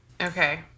Okay